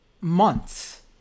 months